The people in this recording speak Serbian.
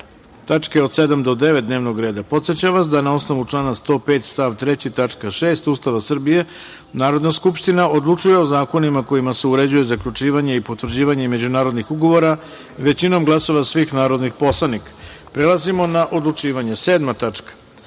(tačke od 7. do 9. dnevnog reda), podsećam vas na osnovu člana 105. stav 3. tačka 6. Ustava Republike Srbije, Narodna skupština odlučuje o zakonima kojima se uređuje zaključivanje i potvrđivanje međunarodnih ugovora većinom glasova svih narodnih poslanika. Prelazimo na odlučivanje. Sedma tačka